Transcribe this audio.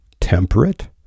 temperate